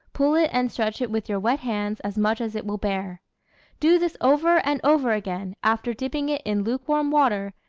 pull it and stretch it with your wet hands as much as it will bear do this over and over again, after dipping it in lukewarm water,